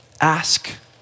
ask